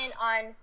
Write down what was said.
on